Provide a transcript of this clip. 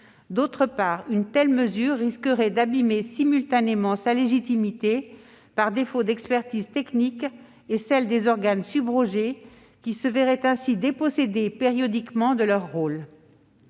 d'autre part, une telle mesure risquerait d'abîmer simultanément sa légitimité, par défaut d'expertise technique, et celle des organes subrogés, qui se verraient ainsi dépossédés périodiquement de leur rôle.